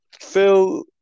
Phil